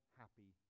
happy